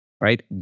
right